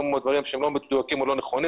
מאוד דברים שהם לא מדויקים או לא נכונים.